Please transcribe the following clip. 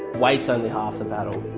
weight's only half the battle.